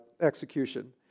execution